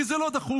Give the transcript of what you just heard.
כי זה לא דחוף.